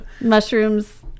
mushrooms